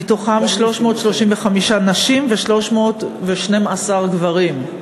335 נשים ו-312 גברים.